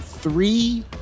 three